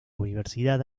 universidad